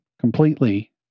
completely